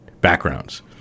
backgrounds